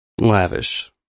Lavish